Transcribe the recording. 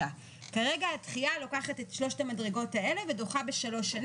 אני חושב שצריך לוודא שההתנהלות תהיה ביתר שקיפות.